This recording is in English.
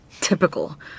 Typical